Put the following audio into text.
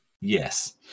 yes